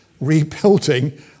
rebuilding